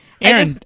Aaron